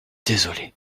désolé